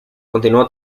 continuó